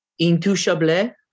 Intouchable